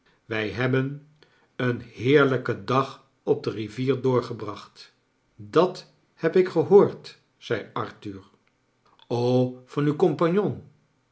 wij hebben een heerlijken dag op de rivier doorgebracht dat heb ik gehoord zei arthur van uw compagnon